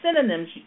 synonyms